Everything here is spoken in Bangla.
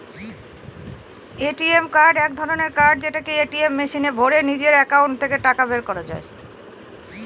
এ.টি.এম কার্ড এক ধরনের কার্ড যেটাকে এটিএম মেশিনে ভোরে নিজের একাউন্ট থেকে টাকা বের করা যায়